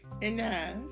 enough